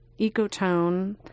ecotone